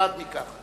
מוטרד מכך.